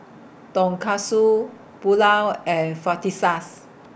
Tonkatsu Pulao and